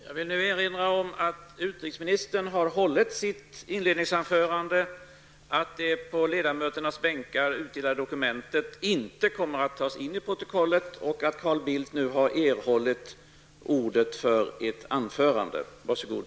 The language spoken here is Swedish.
Jag vill nu erinra om att utrikesministern har hållit sitt inledningsanförande, att det på ledamöternas bänkar utdelade dokumentet inte kommer att tas in i protokollet och att Carl Bildt nu har erhållit ordet för ett anförande. Varsågod!